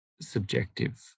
subjective